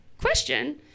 question